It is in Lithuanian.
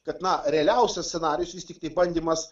kad na realiausias scenarijus vis tiktai bandymas